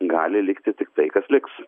gali likti tik tai kas liks